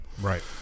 Right